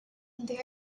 been